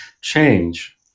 Change